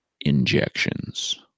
injections